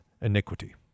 iniquity